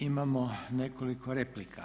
Imamo nekoliko replika.